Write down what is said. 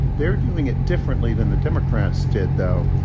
they're doing it differently than the democrats did, though,